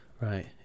right